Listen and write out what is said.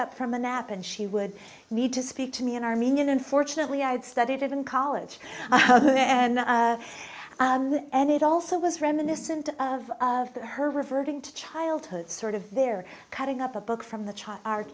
up from a nap and she would need to speak to me an armenian unfortunately i had studied it in college and and it also was reminiscent of her reverting to childhood sort of they're cutting up a book from the